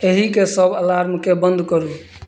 एहीके सब अलार्मके बन्द करू